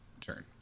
turn